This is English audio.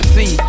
See